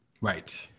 right